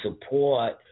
support